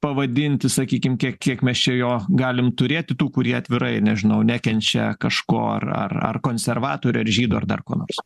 pavadinti sakykim kiek kiek mes čia jo galim turėti tų kurie atvirai nežinau nekenčia kažko ar ar ar konservatorio ar žydo ir dar konors